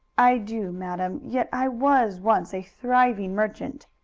i do, madam, yet i was once a thriving merchant.